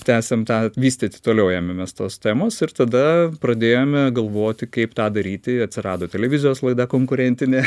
tęsiam tą vystyti toliau ėmėmės tos temos ir tada pradėjome galvoti kaip tą daryti atsirado televizijos laida konkurentinė